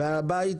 הבנת?